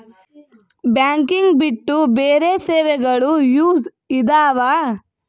Banking ಬಿಟ್ಟು ಬೇರೆ ಸೇವೆಗಳು ಯೂಸ್ ಇದಾವ?